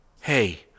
Hey